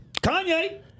Kanye